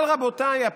אבל, רבותיי,